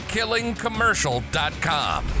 killingcommercial.com